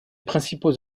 principaux